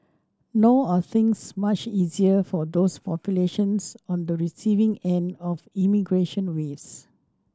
nor are things much easier for those populations on the receiving end of immigration waves